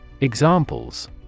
Examples